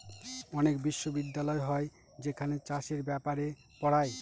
অনেক বিশ্ববিদ্যালয় হয় যেখানে চাষের ব্যাপারে পড়ায়